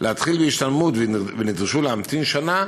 להתחיל בהשתלמות ונדרשו להמתין שנה,